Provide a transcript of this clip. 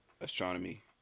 astronomy